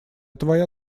твоя